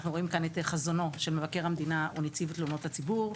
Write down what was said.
אנחנו רואים כאן את חזונו של מבקר המדינה ונציב תלונות הציבור,